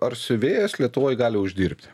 ar siuvėjas lietuvoj gali uždirbti